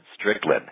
Strickland